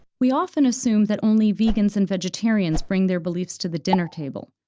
we often assume that only vegans and vegetarians bring their beliefs to the dinner table.